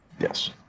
Yes